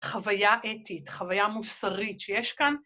חוויה אתית, חוויה מוסרית שיש כאן.